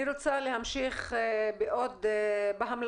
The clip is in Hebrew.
אני רוצה להמשיך בהמלצות.